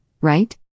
right